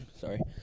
sorry